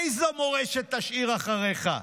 איזו מורשת תשאיר אחריך?